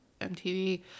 MTV